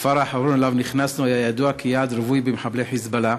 הכפר האחרון שאליו נכנסנו היה ידוע כיעד רווי במחבלי "חיזבאללה",